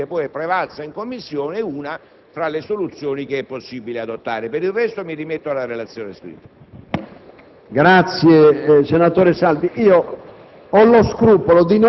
non ci sono soluzioni rigidamente precostituite, ben consapevoli che quella prevalsa in Commissione è una delle possibili soluzioni da adottare. Per il resto, mi rimetto alla relazione scritta.